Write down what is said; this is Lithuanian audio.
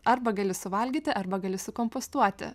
arba gali suvalgyti arba gali sukompostuoti